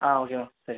ஆம் okay ma'am சரி